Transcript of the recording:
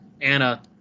Anna